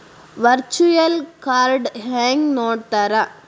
Virtual ಕಾರ್ಡ್ನ ಹೆಂಗ್ ನೋಡ್ತಾರಾ?